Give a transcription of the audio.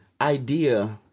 idea